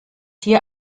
hier